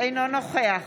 אינו נוכח